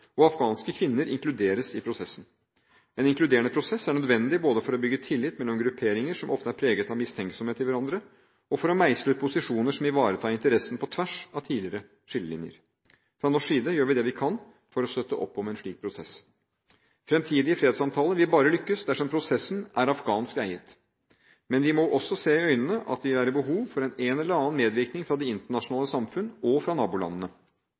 og afghanske kvinner inkluderes i prosessen. En inkluderende prosess er nødvendig, både for å bygge tillit mellom grupperinger – som ofte er preget av mistenksomhet til hverandre – og for å meisle ut posisjoner som ivaretar interessene på tvers av tidligere skillelinjer. Fra norsk side gjør vi det vi kan for å støtte opp om en slik prosess. Fremtidige fredssamtaler vil bare lykkes dersom prosessen er afghansk eiet. Men vi må også se i øynene at det vil være behov for en eller annen medvirkning fra det internasjonale samfunn og fra nabolandene.